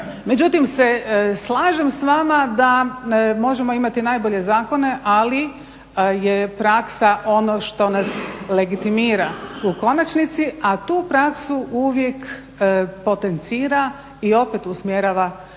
Međutim, slažem se s vama da možemo imati najbolje zakone, ali je praksa ono što nas legitimira u konačnici a tu praksu uvijek potencira i opet usmjerava politika